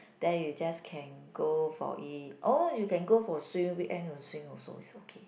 then you just can go for it oh you can go for swim weekend also swim also is okay